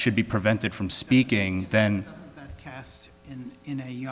should be prevented from speaking then cast in